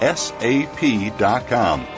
sap.com